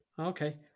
Okay